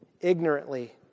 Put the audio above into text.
ignorantly